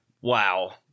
wow